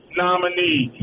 nominee